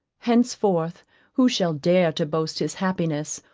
henceforth who shall dare to boast his happiness,